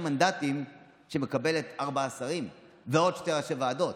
מנדטים שמקבלת ארבעה שרים ועוד שני ראשי ועדות.